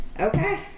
Okay